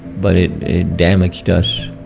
but it damaged us